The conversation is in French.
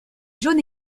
jaune